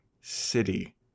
City